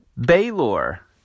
Baylor